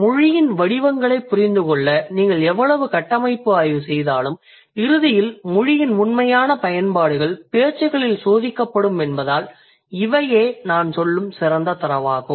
மொழியின் வடிவங்களைப் புரிந்துகொள்ள நீங்கள் எவ்வளவு கட்டமைப்பு ஆய்வு செய்தாலும் இறுதியில் மொழியின் உண்மையான பயன்பாடுகள் பேச்சுகளில் சோதிக்கப்படும் என்பதால் இவையே நான் சொல்லும் சிறந்த தரவாகும்